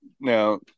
Now